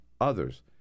others